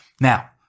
Now